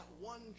one